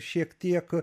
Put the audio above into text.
šiek tiek